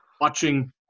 watching